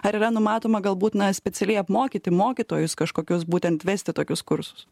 ar yra numatoma galbūt na specialiai apmokyti mokytojus kažkokius būtent vesti tokius kursus